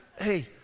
hey